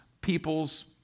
people's